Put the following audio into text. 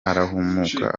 arahumuka